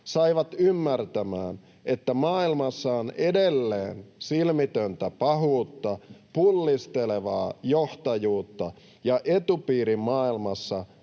saivat ymmärtämään, että maailmassa on edelleen silmitöntä pahuutta, pullistelevaa johtajuutta ja etupiirimaailmassa